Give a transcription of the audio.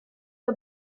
the